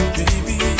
baby